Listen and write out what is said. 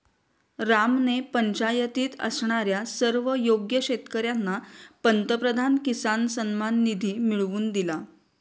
रामने पंचायतीत असणाऱ्या सर्व योग्य शेतकर्यांना पंतप्रधान किसान सन्मान निधी मिळवून दिला